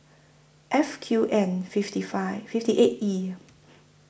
F Q N fifty five fifty eight E